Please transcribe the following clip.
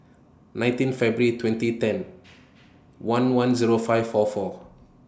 nineteen February twenty ten one one Zero five four four